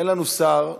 אין לנו שר במליאה.